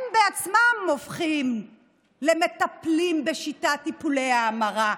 הם בעצמם הופכים למטפלים בשיטת טיפולי המרה.